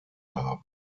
haben